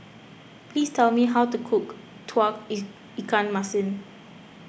please tell me how to cook Tauge Ikan Masin